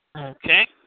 Okay